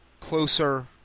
closer